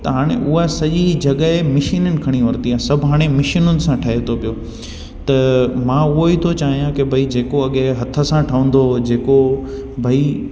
त हाणे उहा सॼी जॻहि मशीन खणी वरिती आहे सभु हाणे मशीनियुनि सां ठहे थो पियो त मां उहो ई थो चाहियां की भई जेको बि हथ सां ठहंदो हुजे जेको भई